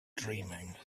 dreaming